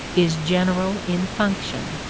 is general in function.